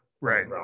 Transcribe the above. right